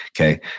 Okay